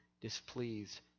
displeased